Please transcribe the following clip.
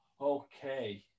Okay